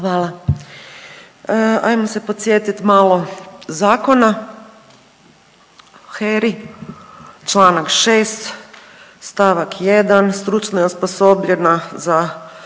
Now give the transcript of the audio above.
Hvala. Ajmo se podsjetit malo zakona o HERA-i čl. 6. st. 1. stručno je osposobljena